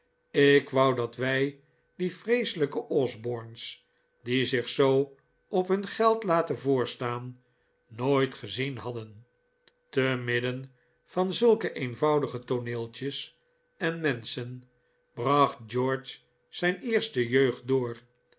ik wou dat wij die vreeselijke osbornes die zich zoo op hun geld laten voorstaan nooit gezien hadden te midden van zulke eenvoudige tooneeltjes en menschen bracht george zijn eerste jeugd door